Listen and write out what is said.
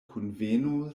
kunveno